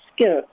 skill